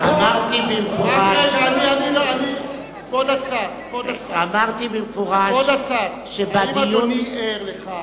אמרתי במפורש שבדיון, כבוד השר, האם אדוני ער לכך?